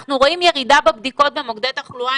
אנחנו רואים ירידה בבדיקות במוקדי תחלואה,